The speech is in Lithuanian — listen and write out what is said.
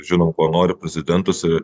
žinom ko nori prezidentas ir